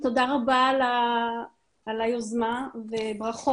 תודה רבה על היוזמה וברכות.